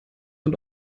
und